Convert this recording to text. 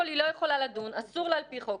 קודם כול, היא לא יכולה לדון, אסור לה על פי חוק.